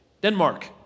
Denmark